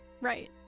Right